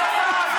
לך.